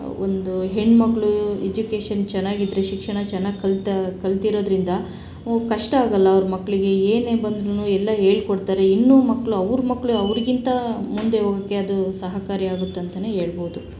ಒಂದು ಹೆಣ್ಮಗ್ಳ ಎಜುಕೇಶನ್ ಚೆನ್ನಾಗಿ ಇದ್ದರೆ ಶಿಕ್ಷಣ ಚೆನ್ನಾಗಿ ಕಲ್ತು ಕಲ್ತಿರೋದ್ರಿಂದ ಕಷ್ಟ ಆಗೋಲ್ಲ ಅವ್ರ ಮಕ್ಕಳಿಗೆ ಏನೇ ಬಂದ್ರು ಎಲ್ಲ ಹೇಳಿಕೊಡ್ತಾರೆ ಇನ್ನು ಮಕ್ಕಳು ಅವ್ರ ಮಕ್ಕಳು ಅವ್ರಿಗಿಂತ ಮುಂದೆ ಹೋಗೋಕ್ಕೆ ಅದು ಸಹಕಾರಿ ಆಗುತ್ತೆ ಅಂತನೇ ಹೇಳ್ಬೋದು